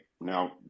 now